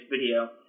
video